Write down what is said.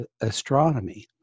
Astronomy